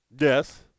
Yes